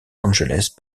angeles